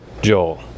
Joel